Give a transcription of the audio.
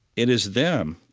it is them.